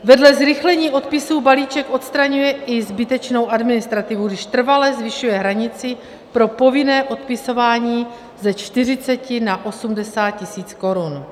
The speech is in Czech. Vedle zrychlení odpisů balíček odstraňuje i zbytečnou administrativu, když trvale zvyšuje hranici pro povinné odpisování ze 40 na 80 tisíc korun.